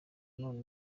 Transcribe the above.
none